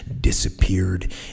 disappeared